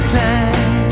time